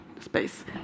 space